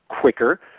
quicker